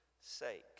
sake